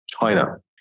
China